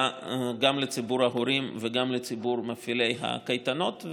גם לציבור ההורים וגם לציבור מפעילי הקייטנות.